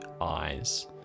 eyes